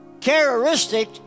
characteristic